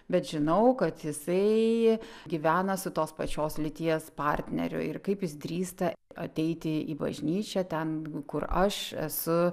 bet žinau kad jisai gyvena su tos pačios lyties partneriu ir kaip jis drįsta ateiti į bažnyčią ten kur aš esu